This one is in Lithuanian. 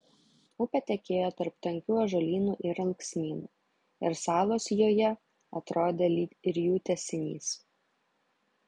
upė tekėjo tarp tankių ąžuolynų ir alksnynų ir salos joje atrodė lyg ir jų tęsinys